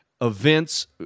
events